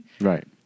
Right